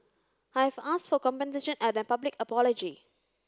I've asked for compensation and a public apology